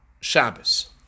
Shabbos